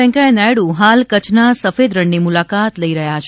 વૈકૈયા નાયડુ હાલ કચ્છના સફેદ રણની મુલાકાત લઇ રહ્યા છે